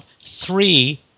three